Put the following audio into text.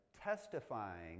testifying